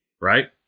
right